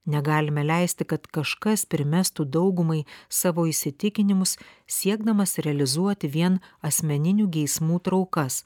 negalime leisti kad kažkas primestų daugumai savo įsitikinimus siekdamas realizuoti vien asmeninių geismų traukas